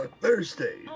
Thursday